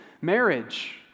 Marriage